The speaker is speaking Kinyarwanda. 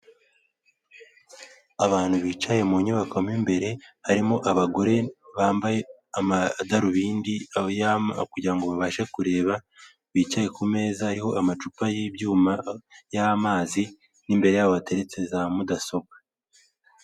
Abantu bicaye mu nyubako mo imbere harimo abagore bambaye amadarubindi kugirango babashe kureba, bicaye ku meza ariho amacupa y'ibyuma, y'amazi n'imbere yabo hateretse za mudasobwa.